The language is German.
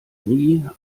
nie